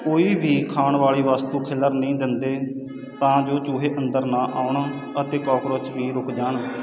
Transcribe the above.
ਕੋਈ ਵੀ ਖਾਣ ਵਾਲੀ ਵਸਤੂ ਖਿਲਰਨ ਨਹੀਂ ਦਿੰਦੇ ਤਾਂ ਜੋ ਚੂਹੇ ਅੰਦਰ ਨਾ ਆਉਣ ਅਤੇ ਕਾਕਰੋਚ ਵੀ ਰੁਕ ਜਾਣ